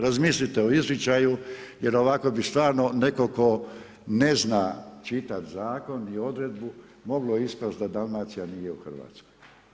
Razmislite o izričaju jer ovako bi stvarno netko tko ne zna čitat Zakon i odredbu moglo ispast da Dalmacija nije u Hrvatskoj.